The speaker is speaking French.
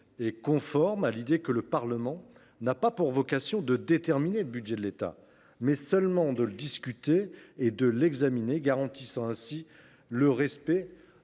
est conforme à l’idée que le Parlement a vocation non pas à déterminer le budget de l’État, mais seulement à le discuter et à l’examiner, garantissant ainsi le respect